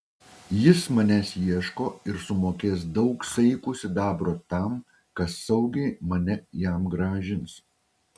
jis manęs ieško ir sumokės daug saikų sidabro tam kas saugiai mane jam grąžins